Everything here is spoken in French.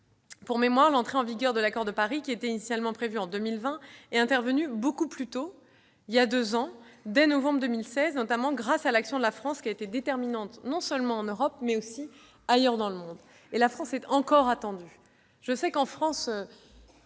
Pour mémoire, l'entrée en vigueur de l'accord de Paris, initialement prévue en 2020, est intervenue beaucoup plus tôt, il y a deux ans, dès novembre 2016, notamment grâce à l'action de la France, qui a été déterminante non seulement en Europe, mais aussi ailleurs dans le monde. Et la France est encore attendue.